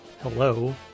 Hello